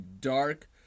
dark